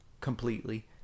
completely